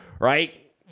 Right